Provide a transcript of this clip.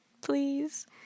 please